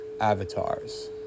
avatars